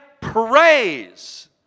praise